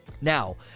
Now